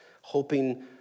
hoping